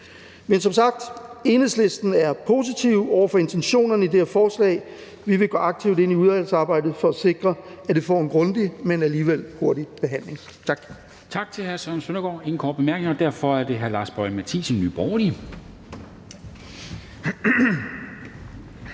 Men som sagt er Enhedslisten positive over for intentionerne i det her forslag. Vi vil gå aktivt ind i udvalgsarbejdet for at sikre, at det får en grundig, men alligevel hurtig behandling.